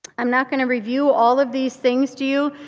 i'm not going to review all of these things to you.